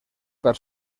per